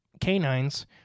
canines